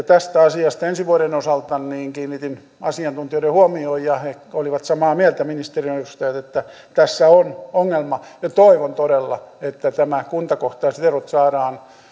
tästä asiasta ensi vuoden osalta kiinnitin asiantuntijoiden huomion ja he he olivat samaa mieltä ministeriön edustajat että tässä on ongelma toivon todella että nämä kuntakohtaiset erot saadaan